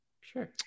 sure